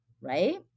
right